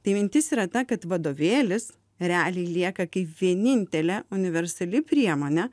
tai mintis yra ta kad vadovėlis realiai lieka kaip vienintelė universali priemonė